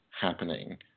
happening –